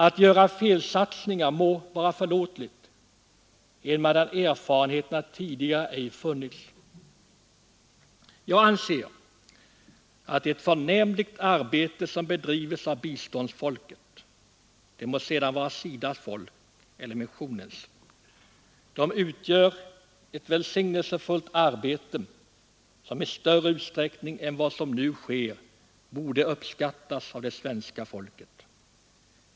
Att göra felsatsningar må vara förlåtligt, där erfarenheter tidigare ej funnits. Jag anser att det är ett förnämligt arbete som bedrivs av biståndsarbetarna, det må sedan vara SIDAs folk eller missionens. De utför ett välsignelsebringande arbete, som i större utsträckning än vad som nu sker borde uppskattas av det svenska folket.